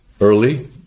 early